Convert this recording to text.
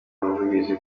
ubuvugizi